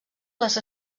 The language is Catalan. les